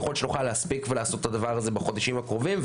יכול להיות שנוכל להספיק ולעשות את הדבר הזה בחודשים הקרובים,